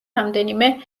რამდენიმე